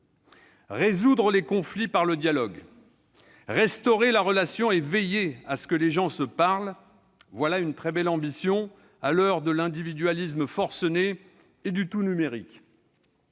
Résoudre les conflits par le dialogue, restaurer la relation et veiller à ce que les gens se parlent : voilà une très belle ambition à l'heure de l'individualisme forcené et du tout numérique.